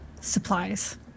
Supplies